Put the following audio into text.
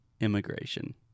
Immigration